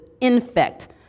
infect